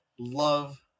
Love